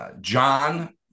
John